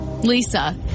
Lisa